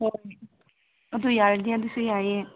ꯍꯣꯏ ꯑꯗꯨ ꯌꯥꯔꯗꯤ ꯑꯗꯨꯁꯨ ꯌꯥꯏꯌꯦ